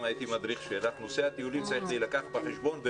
הייתי מדריך של"ח צריך להילקח בחשבון,